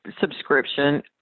subscription